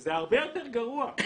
שזה הרבה יותר גרוע.